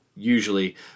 Usually